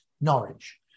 Norwich